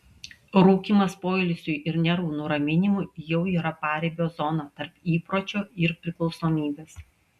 rūkymas poilsiui ir nervų nuraminimui jau yra paribio zona tarp įpročio ir priklausomybės